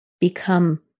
become